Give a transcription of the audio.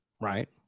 right